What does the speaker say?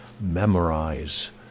memorize